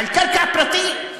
על קרקע פרטית.